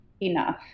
enough